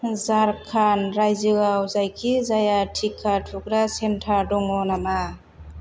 झारखान्ड रायजोआव जायखिजाया टिका थुग्रा सेन्टार दङ नामा